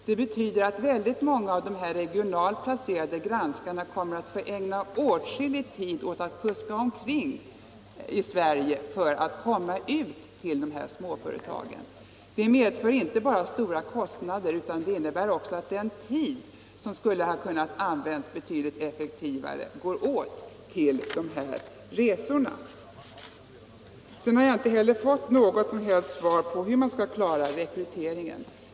Det betyder att många av de regionalt baserade granskarna kommer att få ägna åtskillig tid åt att kuska omkring i Sverige för att komma ut till de här småföretagen. Det medför inte bara stora kostnader utan också att den tid som skulle ha kunnat användas betydligt effektivare går åt till dessa resor. Jag har inte heller fått något som helst svar på hur man skall klara rekryteringen.